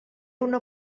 una